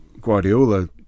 Guardiola